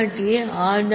a r